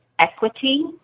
equity